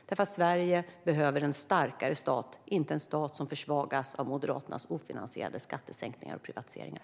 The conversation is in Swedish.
Sverige behöver nämligen en starkare stat, inte en stat som försvagas av Moderaternas ofinansierade skattesänkningar och privatiseringar.